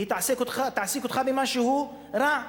היא תעסיק אותך במשהו רע.